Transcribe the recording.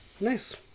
nice